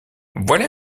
voilà